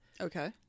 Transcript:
Okay